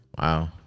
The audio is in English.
Wow